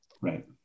Right